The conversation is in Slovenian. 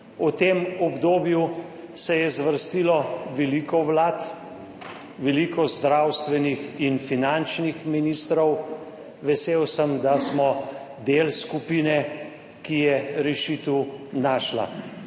O tem obdobju se je zvrstilo veliko vlad, veliko zdravstvenih in finančnih ministrov. Vesel sem, da smo del skupine, ki je rešitev našla,